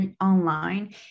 online